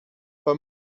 pas